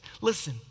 listen